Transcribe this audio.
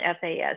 FAS